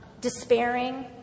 Despairing